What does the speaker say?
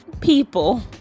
people